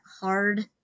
hard